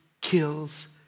kills